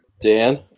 Dan